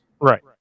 Right